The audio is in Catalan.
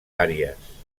àries